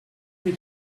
they